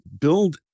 build